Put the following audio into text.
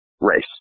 race